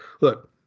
Look